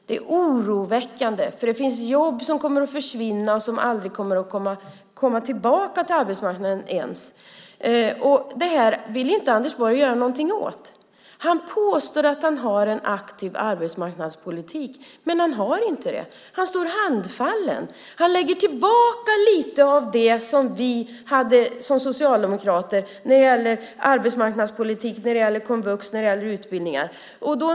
Det är oroväckande, för det finns jobb som kommer att försvinna och som aldrig kommer att komma tillbaka till arbetsmarknaden. Och det här vill inte Anders Borg göra något åt. Han påstår att han har en aktiv arbetsmarknadspolitik, men han har inte det. Han står handfallen. Han lägger tillbaka lite av det som vi socialdemokrater hade när det gäller arbetsmarknadspolitik, komvux och andra utbildningar.